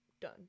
done